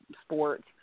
sports